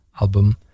album